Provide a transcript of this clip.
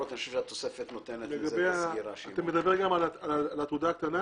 אתה מדבר גם על התעודה הקטנה?